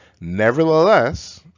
nevertheless